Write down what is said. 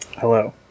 Hello